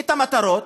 את המטרות,